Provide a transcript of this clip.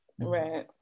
right